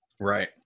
Right